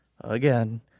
again